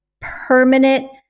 permanent